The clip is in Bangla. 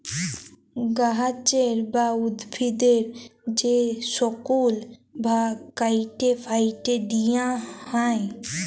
গাহাচের বা উদ্ভিদের যে শুকল ভাগ ক্যাইটে ফ্যাইটে দিঁয়া হ্যয়